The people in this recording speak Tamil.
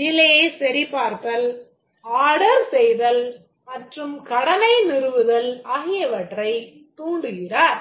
நிலையைச் சரிபார்த்தல் ஆர்டர் செய்தல் மற்றும் கடனை நிறுவுதல் ஆகியவற்றைத் தூண்டுகிறார்